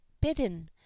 bidden